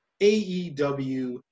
AEW